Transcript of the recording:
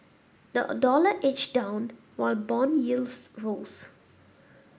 the a dollar edged down while bond yields rose